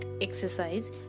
exercise